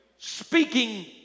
Speaking